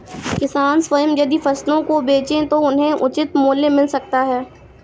किसान स्वयं यदि फसलों को बेचे तो उन्हें उचित मूल्य मिल सकता है